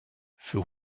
für